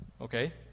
Okay